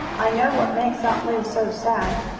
i know what makes aunt lu so sad.